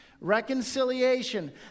Reconciliation